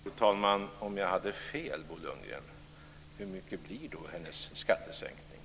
Fru talman! Om jag hade fel, Bo Lundgren, hur mycket blir då hennes skattesänkning?